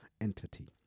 entity